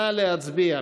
נא להצביע.